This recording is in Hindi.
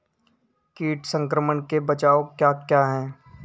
कीट संक्रमण के बचाव क्या क्या हैं?